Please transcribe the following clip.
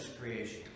creation